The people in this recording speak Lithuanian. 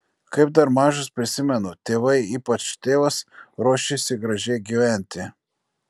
kaip dar mažas prisimenu tėvai ypač tėvas ruošėsi gražiai gyventi